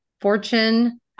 fortune